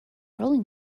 rolling